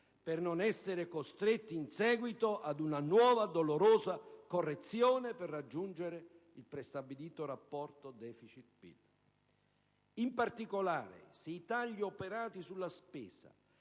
per non essere costretti in seguito a una nuova e dolorosa correzione per raggiungere il prestabilito rapporto *deficit*-PIL. In particolare, se i tagli operati sulla spesa